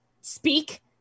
speak